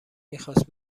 میخاست